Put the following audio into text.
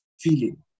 feeling